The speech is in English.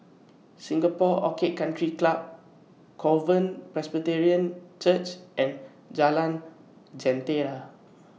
Singapore Orchid Country Club Covenant Presbyterian Church and Jalan Jentera